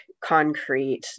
concrete